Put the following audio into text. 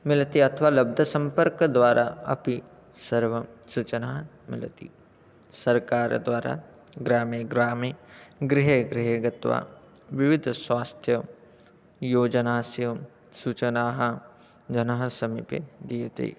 मिलति अथवा लब्धसम्पर्कद्वारा अपि सर्वाः सूचनाः मिलन्ति सर्वकारद्वारा ग्रामे ग्रामे गृहे गृहे गत्वा विविधस्वास्थ्ययोजनानां सूचनाः जनानां समीपे दीयते